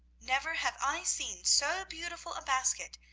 never have i seen so beautiful a basket,